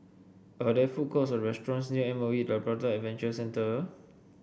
are there food courts or restaurants near M O E Labrador Adventure Centre